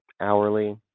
hourly